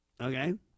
okay